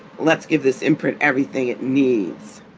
let's give this imprint everything it needs